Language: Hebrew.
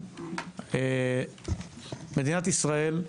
מדינת ישראל.